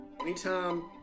anytime